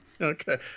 Okay